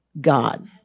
God